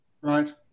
Right